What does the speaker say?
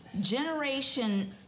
Generation